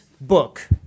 book